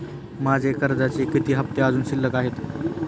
माझे कर्जाचे किती हफ्ते अजुन शिल्लक आहेत?